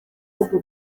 imyaka